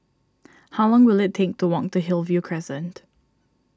how long will it take to walk to Hillview Crescent